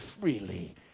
freely